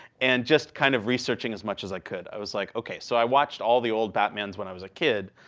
and just kind of researching as much as i could. i was like, ok. so i watched all the old batmans when i was a kid,